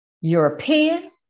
European